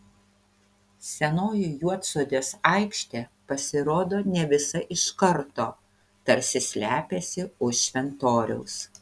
senoji juodsodės aikštė pasirodo ne visa iš karto tarsi slepiasi už šventoriaus